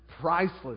priceless